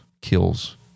kills